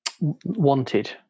Wanted